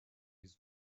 his